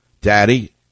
Daddy